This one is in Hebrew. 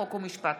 חוק ומשפט.